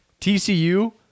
TCU